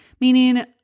Meaning